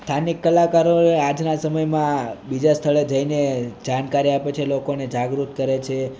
સ્થાનિક કલાકારો એ આજના સમયમાં બીજા સ્થળે જઈને જાણકારી આપે છે લોકોને જાગૃત કરે છે